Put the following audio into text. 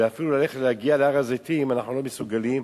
ואפילו להגיע להר-הזיתים אנחנו לא מסוגלים.